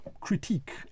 critique